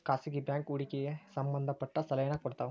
ಖಾಸಗಿ ಬ್ಯಾಂಕ್ ಹೂಡಿಕೆಗೆ ಸಂಬಂಧ ಪಟ್ಟ ಸಲಹೆನ ಕೊಡ್ತವ